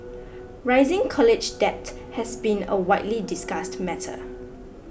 rising college debt has been a widely discussed matter